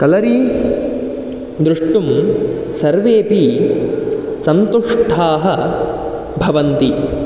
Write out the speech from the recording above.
कलरि द्रष्टुं सर्वेपि सन्तुष्टाः भवन्ति